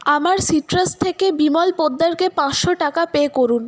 আমার সিট্রাস থেকে বিমল পোদ্দারকে পাঁচশো টাকা পে করুন